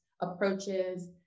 approaches